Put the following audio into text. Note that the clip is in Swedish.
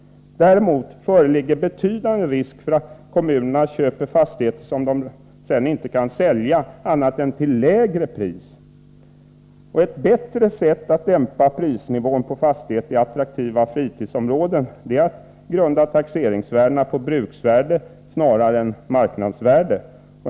Däremot föreligger en betydande risk för att kommunerna köper fastigheter som de sedan inte kan sälja annat än till lägre pris. Ett bättre sätt att dämpa prisnivån på fastigheter i attraktiva fritidsområden är att grunda taxeringsvärdet på bruksvärdet snarare än marknadsvärdet.